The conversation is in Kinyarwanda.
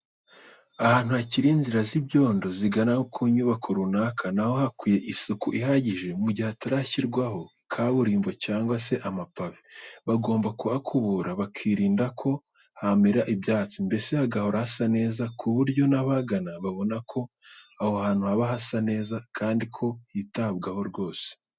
Ahantu hakiri inzira z'ibyondo zigana mu nyubako runaka na ho hakwiye isuku ihagije mu gihe hatarashyirwamo kaburimbo cyangwa se amapave, bagomba kuhakubura bakirinda ko hamera ibyatsi mbese hagahora hasa neza ku buryo n'abahagana babona ko aho hantu haba hasa neza kandi ko hitabwaho rwose.